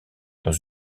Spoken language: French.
dans